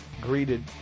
greeted